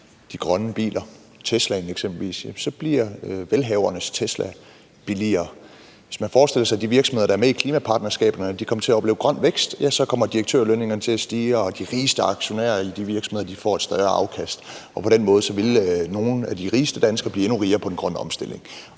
de grønne biler, Teslaen eksempelvis, bliver velhavernes Teslaer billigere. Hvis man forestiller sig, at de virksomheder, der er med i klimapartnerskaberne, kommer til at opleve grøn vækst, ja, så kommer direktørlønningerne til at stige, og de rigeste aktionærer i de virksomheder får et større afkast. På den måde ville nogle af de rigeste danskere blive endnu rigere på den grønne omstilling,